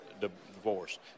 divorce